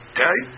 Okay